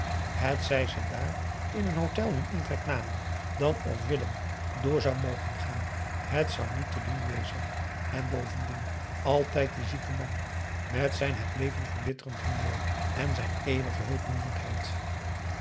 hetzij ze daar in een hotel hun intrek namen dan of willem door zou mogen gaan het zou niet te doen wezen en bovendien altijd die zieke man met zijn het leven verbitterend humeur en zijn eeuwige hulpbehoevendheid